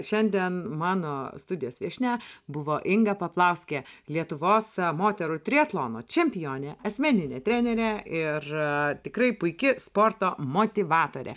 šiandien mano studijos viešnia buvo inga paplauskė lietuvos moterų triatlono čempionė asmeninė trenerė ir tikrai puiki sporto motyvatorė